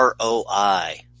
ROI